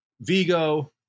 Vigo